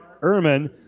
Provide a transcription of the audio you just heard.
Ehrman